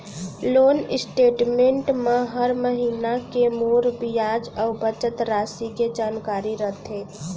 loan statement म हर महिना के मूर बियाज अउ बचत रासि के जानकारी रथे